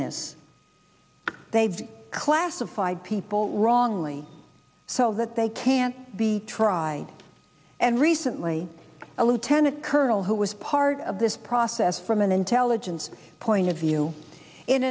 this they've classified people wrongly so that they can't be tried and recently a lieutenant colonel who was part of this process from an intelligence point of view in